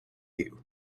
you